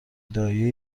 دایه